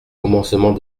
commencement